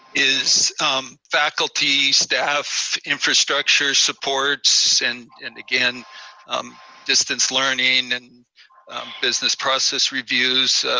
is faculty, staff, infrastructure supports, and and again distance learning and business process reviews,